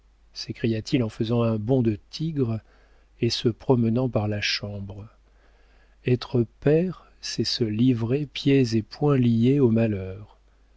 s'écria-t-il en faisant un bond de tigre et se promenant par la chambre être père c'est se livrer pieds et poings liés au malheur